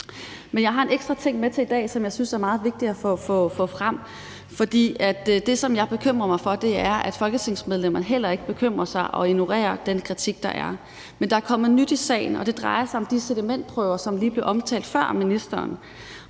Men jeg har en ekstra ting med til i dag, som jeg synes er meget vigtig at få frem. For det, som bekymrer mig, er, at folketingsmedlemmerne heller ikke bekymrer sig og ignorerer den kritik, der er. Men der er kommet nyt i sagen, og det drejer sig om de sedimentprøver, som blev omtalt lige før af ministeren,